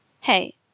Hey